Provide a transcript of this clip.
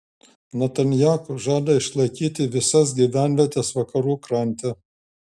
netanyahu žada išlaikyti visas gyvenvietes vakarų krante